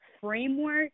framework